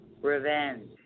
Revenge